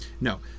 No